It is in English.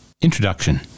Introduction